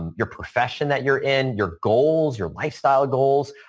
and your profession that you're in, your goals, your lifestyle goals,